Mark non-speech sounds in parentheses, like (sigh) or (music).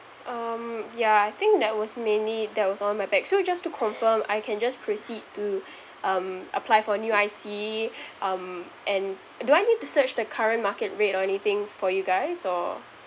um ya I think that was mainly that was all in my bag so just to confirm I can just proceed to (breath) um apply for new I_C (breath) um and do I need to search the current market rate or anything for you guys or